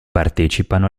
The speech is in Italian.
partecipano